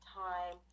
time